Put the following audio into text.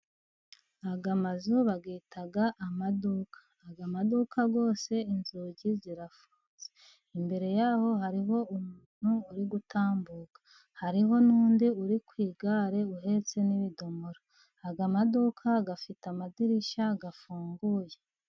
Aya mazu bayita amaduka, aya maduka yose inzugi zisa, imbere yaho hariho umuntu uri gutambuka, hariho n' undi uri ku igare uhetse n' ibidomoro, ay' amaduka afite amadirisha afunguye.